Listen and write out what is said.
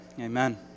Amen